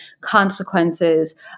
consequences